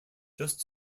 just